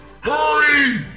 Hurry